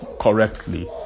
correctly